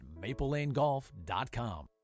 MapleLaneGolf.com